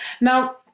Now